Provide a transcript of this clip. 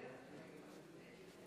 עד 20 דקות לרשותך,